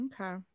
Okay